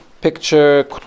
picture